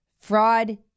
Fraud